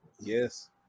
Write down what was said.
Yes